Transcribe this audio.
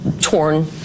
torn